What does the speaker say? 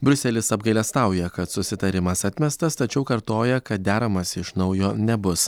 briuselis apgailestauja kad susitarimas atmestas tačiau kartoja kad deramasi iš naujo nebus